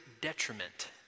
detriment